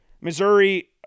Missouri